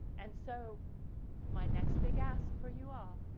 and so my next big ask for you all.